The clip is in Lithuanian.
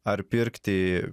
ar pirkti